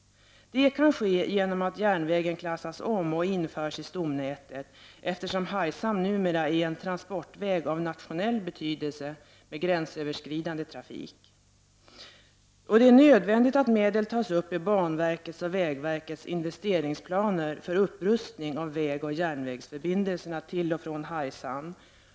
Det kan ske genom att järnvägen klassas om och införs i stomnätet, eftersom Hargshamn numera är en del av en transportväg av nationell betydelse med gränsöverskridande trafik. Det är nödvändigt att medel avsätts i banverkets och vägverkets investeringsplaner för upprustning av vägoch järnvägsförbindelserna till och från Hargshamn.